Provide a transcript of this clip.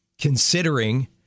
considering